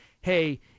hey